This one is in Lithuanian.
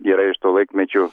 yra iš to laikmečio